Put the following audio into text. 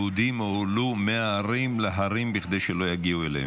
יהודים הועלו מהערים להרים כדי שלא יגיעו אליהם.